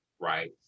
right